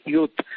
Youth